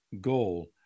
goal